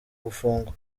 gufungwa